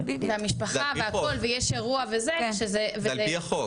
בדיוק והמשפחה והכל ויש אירוע וזה--- זה על-פי החוק,